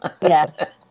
Yes